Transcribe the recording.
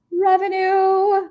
revenue